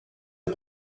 les